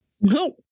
No